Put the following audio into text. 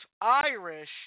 Irish